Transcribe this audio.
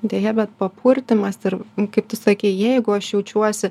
deja bet papurtymas ir kaip tu sakei jeigu aš jaučiuosi